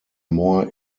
more